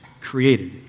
created